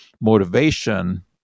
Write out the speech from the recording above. motivation